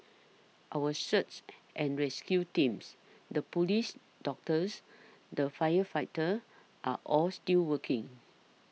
our search and rescue teams the police doctors the firefighters are all still working